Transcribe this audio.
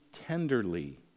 tenderly